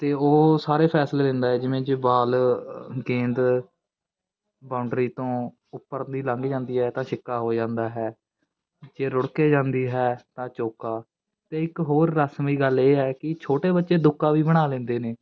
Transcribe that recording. ਅਤੇ ਉਹ ਸਾਰੇ ਫੈਸਲੇ ਦਿੰਦਾ ਏ ਜਿਵੇਂ ਜੇ ਬਾਲ ਗੇਂਦ ਬਾਊਂਡਰੀ ਤੋਂ ਉੱਪਰ ਦੀ ਲੰਘ ਜਾਂਦੀ ਹੈ ਤਾਂ ਛਿੱਕਾ ਹੋ ਜਾਂਦਾ ਹੈ ਜੇ ਰੁੜ ਕੇ ਜਾਂਦੀ ਹੈ ਤਾਂ ਚੌਕਾ ਅਤੇ ਇੱਕ ਹੋਰ ਰਹੱਸਮਈ ਗੱਲ ਇਹ ਹੈ ਕਿ ਛੋਟੇ ਬੱਚੇ ਦੁੱਕਾ ਵੀ ਬਣਾ ਲੈਂਦੇ ਨੇ